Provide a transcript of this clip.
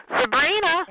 Sabrina